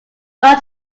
not